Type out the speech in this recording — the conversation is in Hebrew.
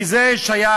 כי זה שייך